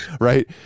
right